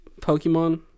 Pokemon